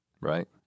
Right